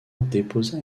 déposa